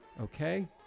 Okay